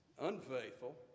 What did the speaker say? unfaithful